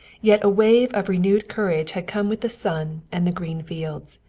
yet a wave of renewed courage had come with the sun and the green fields.